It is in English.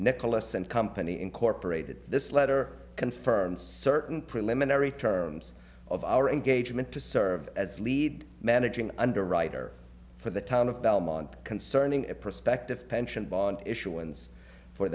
nicholas and company incorporated this letter confirms certain preliminary terms of our engagement to serve as lead managing underwriter for the town of belmont concerning a prospective pension bond issu